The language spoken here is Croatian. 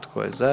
Tko je za?